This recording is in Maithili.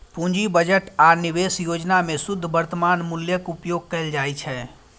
पूंजी बजट आ निवेश योजना मे शुद्ध वर्तमान मूल्यक उपयोग कैल जाइ छै